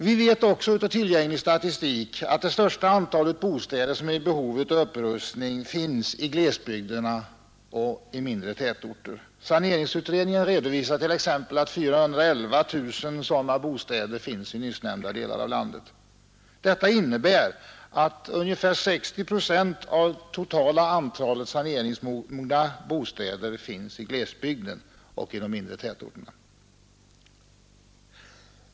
Vi vet också av tillgänglig statistik att det största antalet bostäder som är i behov av upprustning finns i glesbygderna och i mindre tätorter. Saneringsutredningen redovisar t.ex. att 411 000 sådana bostäder finns i nyssnämnda delar av landet. Det innebär att ungefär 60 procent av det totala antalet saneringsmogna bostäder är belägna i glesbygden och inom de mindre tätorterna.